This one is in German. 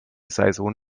saison